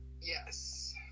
Yes